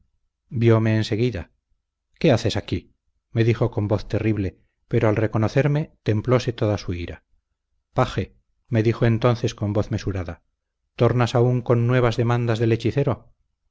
en seguida qué haces aquí me dijo con voz terrible pero al reconocerme templóse toda su ira paje me dijo entonces con voz mesurada tornas aún con nuevas demandas del hechicero